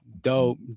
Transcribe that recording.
dope